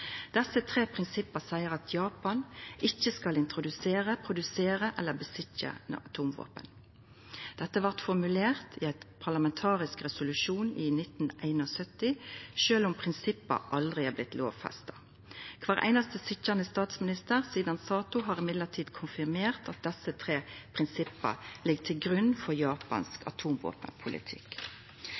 Desse tre prinsippa seier at Japan ikkje skal introdusera, produsera eller ha atomvåpen. Dette blei formulert i ein parlamentarisk resolusjon i 1971, sjølv om prinsippa aldri er blitt lovfesta. Kvar einaste sitjande statsminister sidan Sato har konfirmert at desse tre prinsippa ligg til grunn for japansk atomvåpenpolitikk.